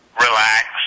relax